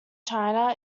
china